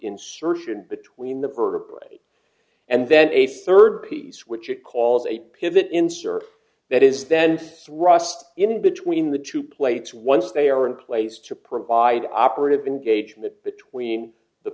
insertion between the perp and then a third piece which it called a pivot insert that is then rust in between the two plates once they are in place to provide operative engagement between the